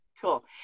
Cool